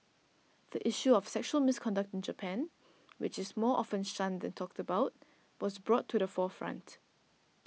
the issue of sexual misconduct in Japan which is more often shunned than talked about was brought to the forefront